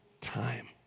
time